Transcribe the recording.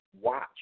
watch